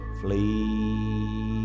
flee